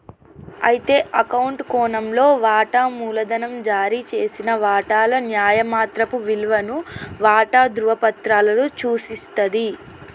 అయితే అకౌంట్ కోణంలో వాటా మూలధనం జారీ చేసిన వాటాల న్యాయమాత్రపు విలువను వాటా ధ్రువపత్రాలలో సూచిస్తుంది